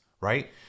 right